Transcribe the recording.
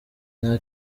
nta